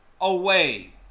away